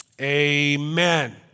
Amen